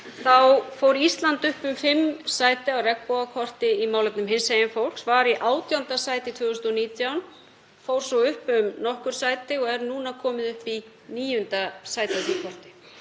fór Ísland upp um fimm sæti á regnbogakorti í málefnum hinsegin fólks, var í 18. sæti 2019, fór svo upp um nokkur sæti og er nú komið upp í níunda sæti á því.